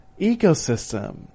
ecosystem